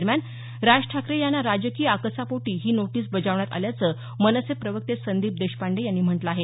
दरम्यान राज ठाकरे यांना राजकीय आकसापोटी ही नोटीस बजावण्यात आल्याचं मनसे प्रवक्ते संदीप देशपांडे यांनी म्हटलं आहे